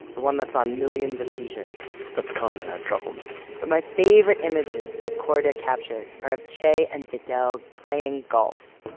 the one that's on millions of t-shirts that's comrade trufelman but my favorite images that korda captured, are of che and fidel playing golf.